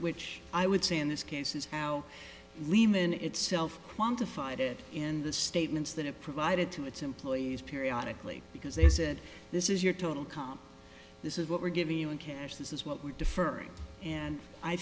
which i would say in this case is how lehman itself quantified it in the statements that it provided to its employees periodically because they said this is your total comp this is what we're giving you in cash this is what we deferred and i